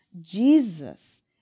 Jesus